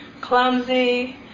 clumsy